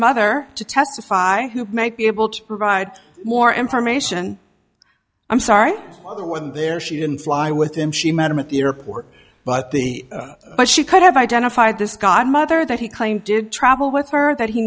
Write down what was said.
mother to testify who might be able to provide more information i'm sorry the when there she didn't fly with him she met him at the airport but the but she could have identified this guy mother that he claimed did travel with her that he